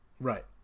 right